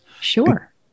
Sure